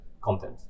content